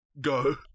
Go